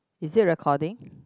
is it recording